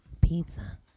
Pizza